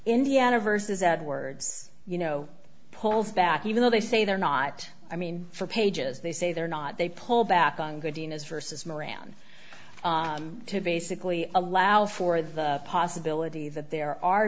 indiana versus ad words you know pulls back even though they say they're not i mean for pages they say they're not they pull back on good dina's versus moran to basically allow for the possibility that there are